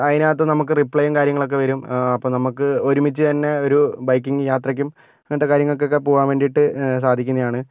അതിനകത്ത് നമുക്ക് റിപ്ലയും കാര്യങ്ങൾ ഒക്കെ വരും അപ്പം നമുക്ക് ഒരുമ്മിച്ചു തന്നെ ഒരു ബൈക്കിംഗ് യാത്രയ്ക്കും അങ്ങനത്തെ കാര്യങ്ങൾക്കൊക്കെ പോകാന് വേണ്ടിയിട്ട് സാധിക്കുന്നതാണ്